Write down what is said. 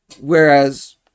Whereas